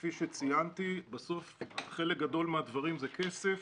כפי שציינתי, חלק גדול מהדברים זה כסף.